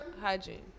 hygiene